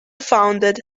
founded